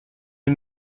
les